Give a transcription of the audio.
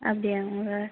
அப்படியாங்க சார்